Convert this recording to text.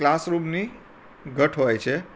ક્લાસરૂમની ઘટ હોય છે